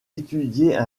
étudier